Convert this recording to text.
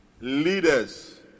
leaders